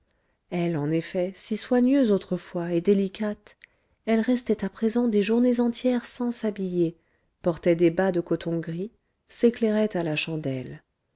elle en effet si soigneuse autrefois et délicate elle restait à présent des journées entières sans s'habiller portait des bas de coton gris s'éclairait à la chandelle